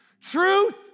Truth